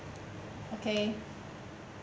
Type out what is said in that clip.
okay